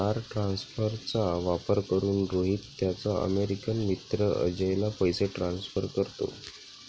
तार ट्रान्सफरचा वापर करून, रोहित त्याचा अमेरिकन मित्र अजयला पैसे ट्रान्सफर करतो